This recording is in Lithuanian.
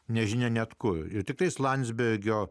nežinia net kojų ir tiktais landsbergio